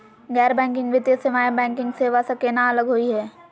गैर बैंकिंग वित्तीय सेवाएं, बैंकिंग सेवा स केना अलग होई हे?